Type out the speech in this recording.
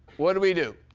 what do we do?